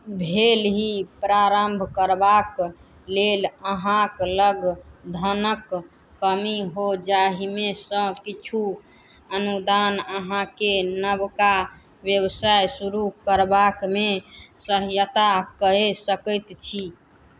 भेल ही प्रारम्भ करबाक लेल अहाँक लग धनक कमी हो जाहिमेसँ किछु अनुदान अहाँकेँ नबका व्यवसाय शुरू करबाकमे सहायता कै सकैत छी